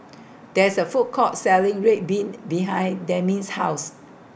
There IS A Food Court Selling Red Bean behind Demi's House